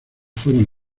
fueron